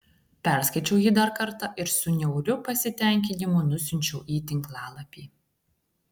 perskaičiau jį dar kartą ir su niauriu pasitenkinimu nusiunčiau į tinklalapį